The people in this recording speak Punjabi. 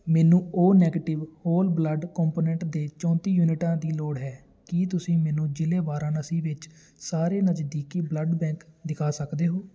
ਮੈਨੂੰ O negative whole blood component ਦੇ ਚੌਤੀਂ ਯੂਨਿਟਾਂ ਦੀ ਲੋੜ ਹੈ ਕੀ ਤੁਸੀਂ ਮੈਨੂੰ ਜ਼ਿਲ੍ਹੇ ਵਾਰਾਣਸੀ ਵਿੱਚ ਸਾਰੇ ਨਜ਼ਦੀਕੀ ਬਲੱਡ ਬੈਂਕ ਦਿਖਾ ਸਕਦੇ ਹੋ